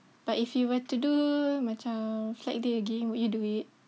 but if you were to do macam flag day again would you do it